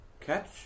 catch